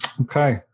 Okay